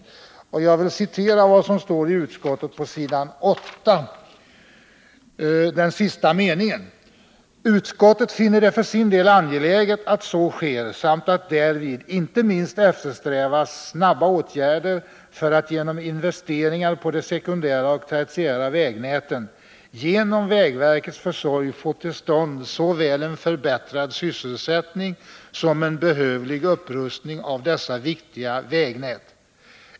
Jag vill i det sammanhanget citera ur utskottets skrivning på s. 8, där utskottet berör planerna på överläggningar om rationell och effektiv användning av de pengar som står till arbetsmarknadsdepartementets förfogande: ”Utskottet finner det för sin del angeläget att så sker samt att därvid inte minst eftersträvas snabba åtgärder för att genom investeringar på de sekundära och tertiära vägnäten genom vägverkets försorg få till stånd såväl en förbättrad sysselsättning som en behövlig upprustning av dessa viktiga vägnät.